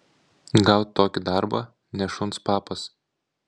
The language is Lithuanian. gaut tokį darbą ne šuns papas